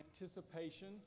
anticipation